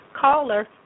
Caller